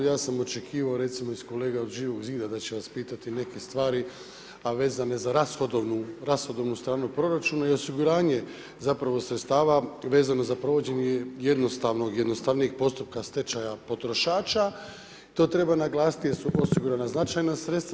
Ja sam očekivao, recimo, iz kolega od Živoga Zida, da će nas pitati neke stvari, a vezane za rashodovnu stranu proračunu i osiguranje, zapravo, sredstava vezano za provođenje jednostavnog, jednostavnijeg postupka stečaja potrošača, to treba naglasiti jer su osigurana značajna sredstva.